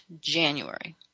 January